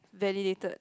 validated